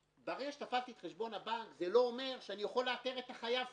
ברגע שתפסתי את חשבון הבנק זה לא אומר שאני יכול לאתר את החייב פיזית.